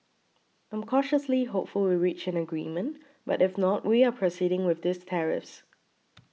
I'm cautiously hopeful we reach an agreement but if not we are proceeding with these tariffs